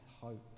hope